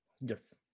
Yes